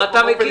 מה אתה מכיר?